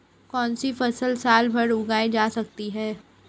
कौनसी फसल साल भर उगाई जा सकती है?